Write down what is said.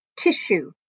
tissue